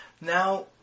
Now